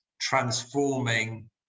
transforming